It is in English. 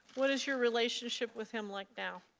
what is your relationship with him like now?